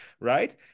Right